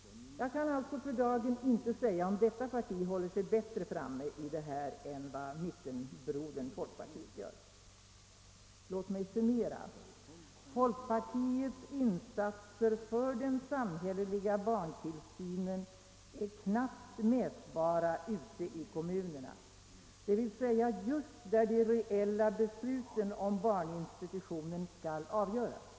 Jag kan alltså inte för dagen säga om detta parti i denna fråga håller sig bättre framme än vad mittenbrodern folkpartiet gör. Låt mig summera: folkpartiets insatser för den samhälleliga barntillsynen är knappt mätbara ute i kommunerna, d. v. s. just där de reella besluten om barninstitutionen skall fattas.